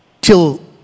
Till